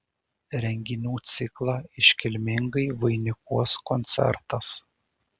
renginių ciklą iškilmingai vainikuos koncertas